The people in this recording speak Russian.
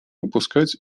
упускать